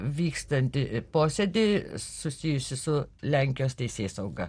vykstantį posėdį susijusį su lenkijos teisėsauga